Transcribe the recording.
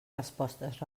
respostes